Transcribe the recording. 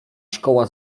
szkoła